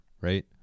right